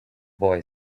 boy